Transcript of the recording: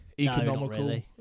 Economical